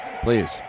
Please